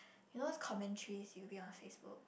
you know those commentaries you read on FaceBook